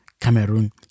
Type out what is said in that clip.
Cameroon